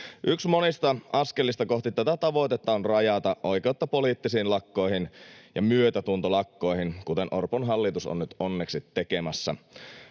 Yksi monista askelista kohti tätä tavoitetta on rajata oikeutta poliittisiin lakkoihin ja myötätuntolakkoihin, kuten Orpon hallitus on nyt onneksi tekemässä.